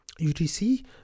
UTC